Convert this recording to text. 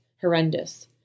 horrendous